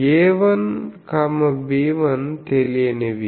A1 B1 తెలియనివి